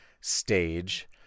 stage